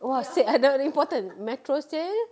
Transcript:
!wah! seh ah that [one] important metro sale